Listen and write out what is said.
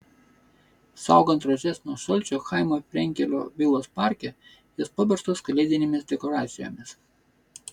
saugant rožes nuo šalčio chaimo frenkelio vilos parke jos paverstos kalėdinėmis dekoracijomis